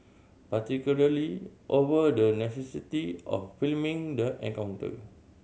particularly over the necessity of filming the encounter